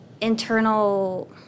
internal